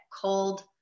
cold